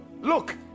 look